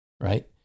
right